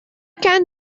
can